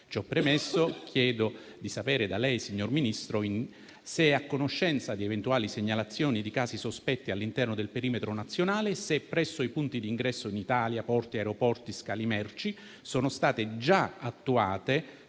Ciò premesso, chiedo di sapere da lei, signor Ministro, se sia a conoscenza di eventuali segnalazioni di casi sospetti all'interno del perimetro nazionale e se presso i punti di ingresso in Italia (porti, aeroporti e scali merci) siano state già attuate